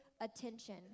attention